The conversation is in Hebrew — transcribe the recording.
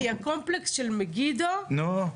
כי הקומפלקס של מגידו אמור --- נו?